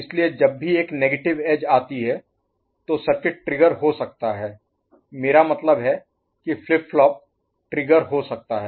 इसलिए जब भी एक नेगेटिव एज आती है तो सर्किट ट्रिगर हो सकता है मेरा मतलब है कि फ्लिप फ्लॉप ट्रिगर हो सकता है